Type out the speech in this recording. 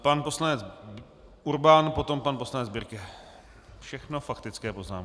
Pan poslanec Urban, potom pan poslanec Birke všechno faktické poznámky.